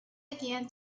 again